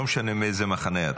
לא משנה מאיזה מחנה אתה.